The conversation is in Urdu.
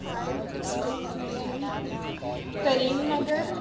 five district name cream Nagar